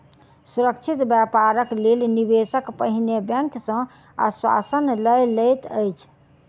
सुरक्षित व्यापारक लेल निवेशक पहिने बैंक सॅ आश्वासन लय लैत अछि